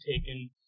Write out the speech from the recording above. taken